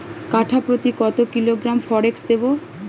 কাঠাপ্রতি কত কিলোগ্রাম ফরেক্স দেবো?